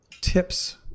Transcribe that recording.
tips